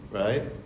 right